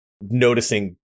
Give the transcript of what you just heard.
noticing